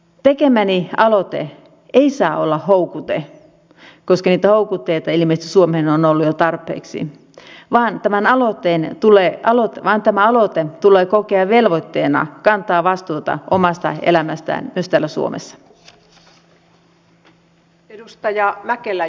tekemäni aloite ei saa olla houkute koska niitä houkutteita ilmeisesti suomeen on ollut jo tarpeeksi vaan tämä aloite tulee kokea velvoitteena kantaa vastuuta omasta elämästään myös täällä suomessa